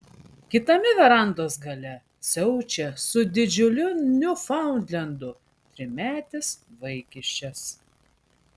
kitame verandos gale siaučia su didžiuliu niufaundlendu trimetis vaikiščias